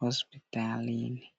hospitalini.